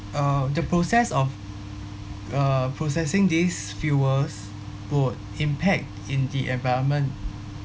uh the process of uh processing these fuels would impact in the environment